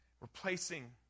replacing